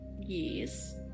Yes